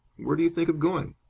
where do you think of going?